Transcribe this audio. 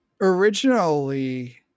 Originally